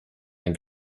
ein